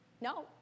no